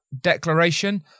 declaration